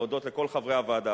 להודות לכל חברי הוועדה,